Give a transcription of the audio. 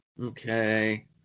okay